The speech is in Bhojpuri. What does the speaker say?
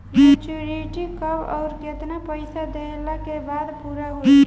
मेचूरिटि कब आउर केतना पईसा देहला के बाद पूरा होई?